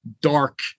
dark